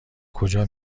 کجا